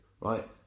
right